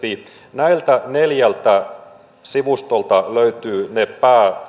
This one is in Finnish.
näiltä neljältä sivustolta löytyvät